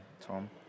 Tom